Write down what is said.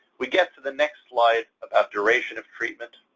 we get to the next slide about duration of treatment.